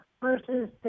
versus